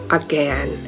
again